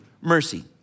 mercy